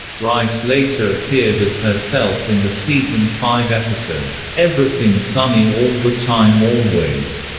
rice later appeared as herself in the season-five episode everything sunny all the time always,